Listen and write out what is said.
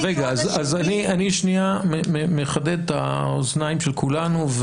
אז אני מחדד את האוזניים של כולנו,